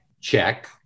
check